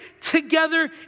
together